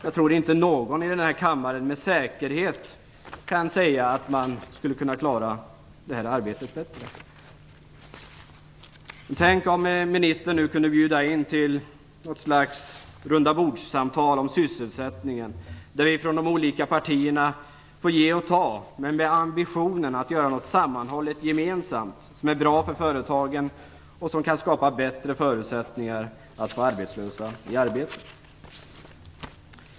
Jag tror inte att någon i denna kammare med säkerhet kan säga att han eller hon skulle kunna klara det här arbetet bättre. Tänk om ministern nu kunde bjuda till ett slags rundabordssamtal om sysselsättningen, där vi från de olika partierna får ge och ta med ambitionen att göra något sammanhållet gemensamt som är bra för företagen och som kan skapa bättre förutsättningar att få arbetslösa i arbete. Fru talman!